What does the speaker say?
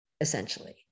essentially